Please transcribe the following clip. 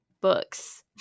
books